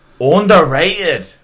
Underrated